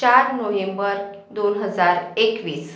चार नोव्हेंबर दोन हजार एकवीस